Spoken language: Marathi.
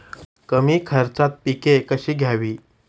कमी खर्चात पिके कशी घ्यावी?